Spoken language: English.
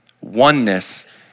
oneness